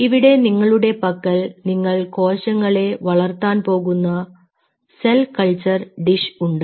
ഇവിടെ നിങ്ങളുടെ പക്കൽ നിങ്ങൾ കോശങ്ങളെ വളർത്താൻ പോകുന്ന സെൽ കൾച്ചർ ഡിഷ് ഉണ്ട്